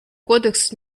кодекс